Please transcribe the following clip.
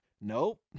Nope